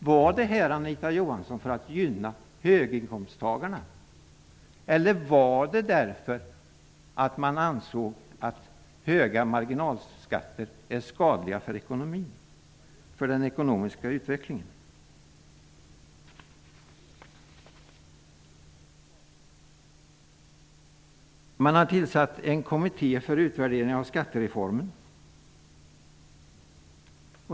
Var det för att gynna höginkomsttagarna, eller var det därför att man ansåg att höga marginalskatter är skadliga för den ekonomiska utvecklingen? Det har tillsatts en kommitté för utvärdering av skattereformen.